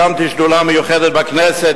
הקמתי שדולה מיוחדת בכנסת,